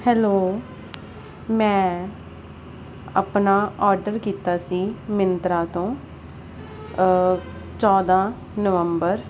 hello ਮੈਂ ਆਪਣਾ order ਕੀਤਾ ਸੀ ਮਿੰਤਰਾ ਤੋਂ ਚੌਦ੍ਹਾਂ ਨਵੰਬਰ